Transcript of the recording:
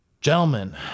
Gentlemen